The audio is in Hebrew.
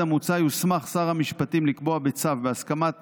המוצע יוסמך שר המשפטים לקבוע, בצו, בהסכמת